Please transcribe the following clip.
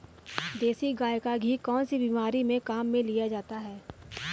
देसी गाय का घी कौनसी बीमारी में काम में लिया जाता है?